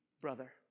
brother